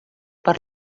per